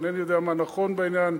איני יודע מה נכון בעניין,